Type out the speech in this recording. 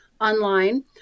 online